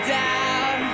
down